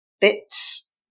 bits